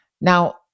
Now